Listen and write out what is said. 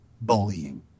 Bullying